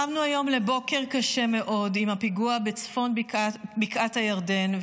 קמנו היום לבוקר קשה מאוד עם הפיגוע בצפון בקעת הירדן.